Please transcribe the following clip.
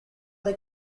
they